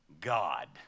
God